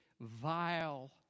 vile